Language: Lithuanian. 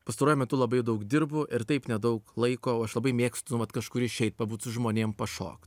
pastaruoju metu labai daug dirbu ir taip nedaug laiko o aš labai mėgstu nu vat kažkur išeit pabūt žmonėm pašokt